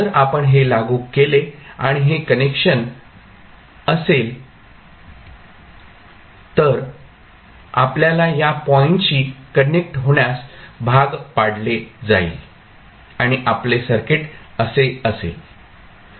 जर आपण हे लागू केले आणि हे कनेक्शन असेल तर आपल्याला या पॉईंटशी कनेक्ट होण्यास भाग पाडले जाईल आणि आपले सर्किट असे असेल